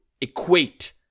equate